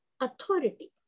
authority